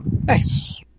Nice